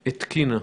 התקינה.